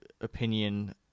opinion